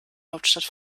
hauptstadt